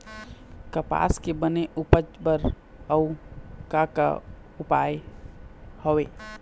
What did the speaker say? कपास के बने उपज बर अउ का का उपाय हवे?